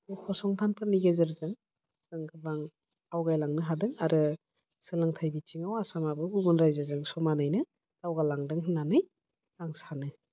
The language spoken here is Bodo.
बे फसंथानफोरनि गेजेरजों जों गोबां आवगायलांनो हादों आरो सोलोंथाइ बिथिङाव आसामाबो गुबुन रायजोजों समानैनो दावगालांदों होननानै आं सानो